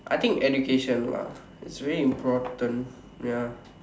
I think education lah it's really important ya